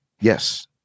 Yes